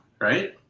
right